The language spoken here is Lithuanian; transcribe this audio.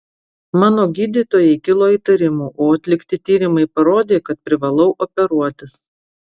mano gydytojai kilo įtarimų o atlikti tyrimai parodė kad privalau operuotis